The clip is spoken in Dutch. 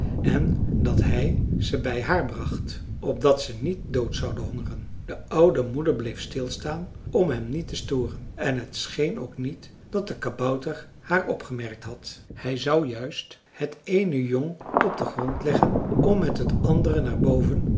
en dat hij ze bij haar bracht opdat ze niet dood zouden hongeren de oude moeder bleef stil staan om hem niet te storen en het scheen ook niet dat de kabouter haar opgemerkt had hij zou juist het eene jong op den grond leggen om met het andere naar boven